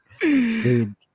dude